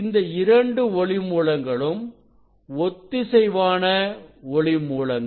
இந்த இரண்டு ஒளி மூலங்களும் ஒத்திசைவான ஒளி மூலங்கள்